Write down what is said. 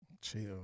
Chill